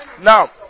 now